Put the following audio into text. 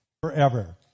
forever